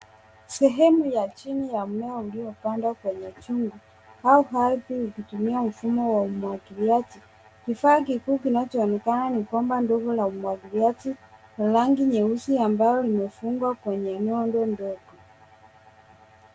Sehemu ya chini ya mmea uliopandwa kwenye chungu au ardhi ikitumia mfumo wa umwagiliaji. Kifaa kikuu kinachoonekana ni bomba dogo la umwagiliaji la rangi nyeusi ambalo limefungwa kwenye eneo ulio mbele.